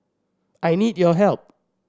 I need your help